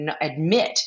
admit